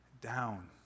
down